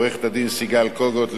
לעורכת-הדין סיגל קוגוט,